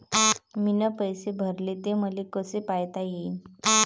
मीन पैसे भरले, ते मले कसे पायता येईन?